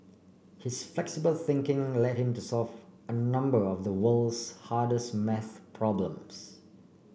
his flexible thinking led him to solve a number of the world's hardest math problems